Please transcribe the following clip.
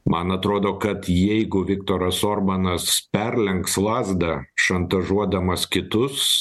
man atrodo kad jeigu viktoras orbanas perlenks lazdą šantažuodamas kitus